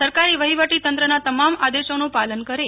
સરકારી વહીવટી તંત્રના તમામ આદેશોનું પાલન કરે